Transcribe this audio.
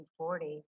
1940